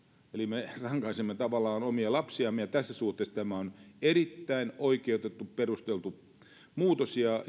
me rankaisemme tavallaan omia lapsiamme ja tässä suhteessa tämä on erittäin oikeutettu perusteltu muutos ja